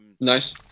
Nice